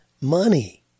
money